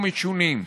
התשע"ח 2018,